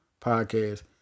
podcast